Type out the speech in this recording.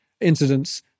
incidents